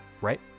right